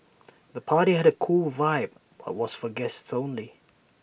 the party had A cool vibe but was for guests only